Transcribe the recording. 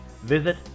Visit